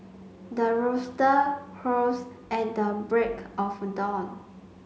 the rooster crows at the break of dawn